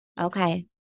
Okay